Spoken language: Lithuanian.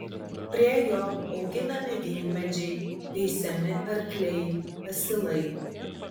prie jo auginami vynmedžiai veisiami arkliai asilai